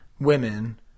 women